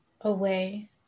away